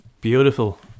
Beautiful